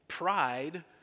Pride